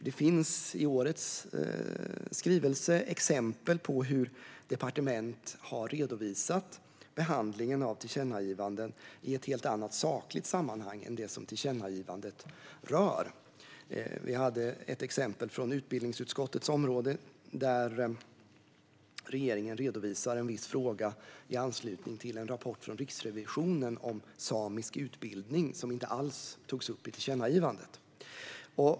Det finns i årets skrivelse exempel på hur departement har redovisat behandlingen av tillkännagivanden i ett helt annat sakligt sammanhang än det som tillkännagivandet rör. Vi hade ett exempel från utbildningsutskottets område där regeringen redovisar en viss fråga i anslutning till en rapport från Riksrevisionen om samisk utbildning som inte alls togs upp i tillkännagivandet.